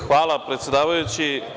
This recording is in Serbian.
Hvala predsedavajući.